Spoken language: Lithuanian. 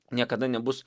niekada nebus